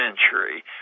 century